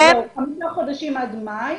לא, בחמישה חודשים עד מאי,